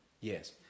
Yes